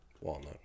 Walnut